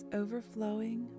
overflowing